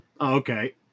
Okay